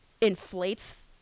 inflates